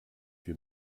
wir